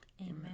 amen